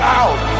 out